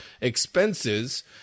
expenses